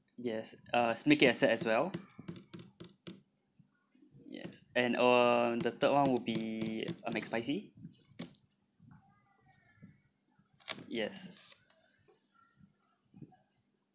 yes uh let's make it a set as well yes and um the third [one] will be a McSpicy yes